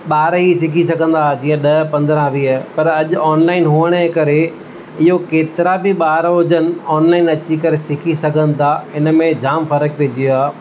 ॿार ई सिखी सघंदा जींअ ॾह पंद्रहं वीह पर अॼु ऑनलाइन हुअण जे करे इहो केतिरा बि ॿार हुजनि ऑनलाइन अची करे सिखी सघनि था हिन में जाम फ़र्क़ु पेईजी वियो आहे